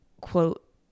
quote